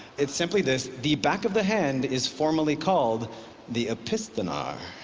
it's simply this the back of the hand is formally called the opisthenar.